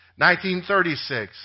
1936